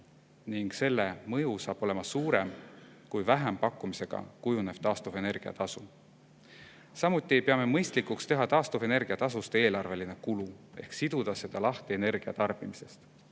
Ning selle mõju on suurem kui vähempakkumisega kujunev taastuvenergia tasu. Samuti ei pea me mõistlikuks teha taastuvenergia tasust eelarveline kulu ehk siduda seda lahti energia tarbimisest.